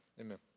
Amen